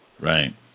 Right